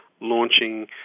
launching